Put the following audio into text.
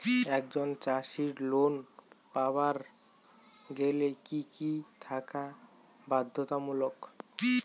একজন চাষীর লোন পাবার গেলে কি কি থাকা বাধ্যতামূলক?